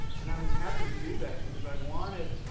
and i was happy to do that because i wanted